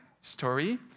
story